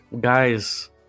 Guys